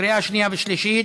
לקריאה שנייה ושלישית.